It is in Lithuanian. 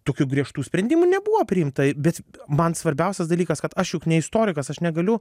tokių griežtų sprendimų nebuvo priimta bet man svarbiausias dalykas kad aš juk ne istorikas aš negaliu